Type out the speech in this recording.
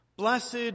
Blessed